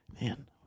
man